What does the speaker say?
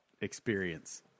experience